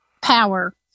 power